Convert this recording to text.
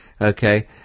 Okay